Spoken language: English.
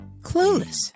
clueless